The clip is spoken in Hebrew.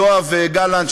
יואב גלנט,